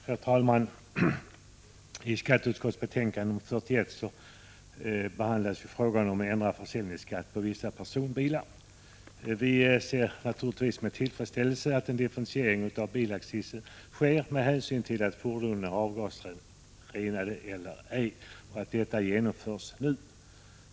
Herr talman! I skatteutskottets betänkande 41 behandlas frågan om ändrad försäljningsskatt på vissa personbilar. Vi ser naturligtvis med tillfredsställelse att en differentiering av bilaccisen sker med hänsyn till om fordon har avgasrening eller ej och att detta genomförs nu.